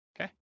Okay